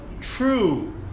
true